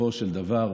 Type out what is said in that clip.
בסופו של דבר,